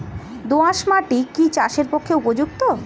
দোআঁশ মাটি কি চাষের পক্ষে উপযুক্ত?